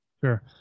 Sure